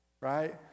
Right